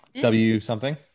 W-something